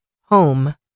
home